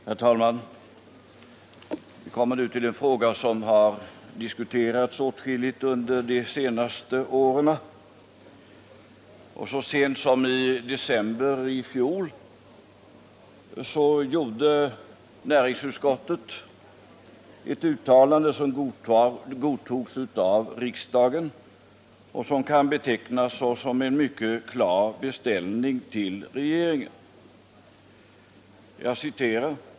Herr talman! Vi kommer nu till en fråga som har diskuterats åtskilligt under de senaste åren. Så sent som i december i fjol gjorde näringsutskottet ett uttalande som godtogs av riksdagen och som kan betecknas som en mycket klar beställning till regeringen.